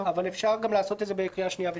אבל אפשר גם לעשות את זה בקריאה שנייה ושלישית.